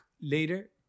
later